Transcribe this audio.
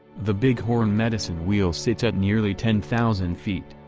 the bighorn medicine wheel sits at nearly ten thousand feet,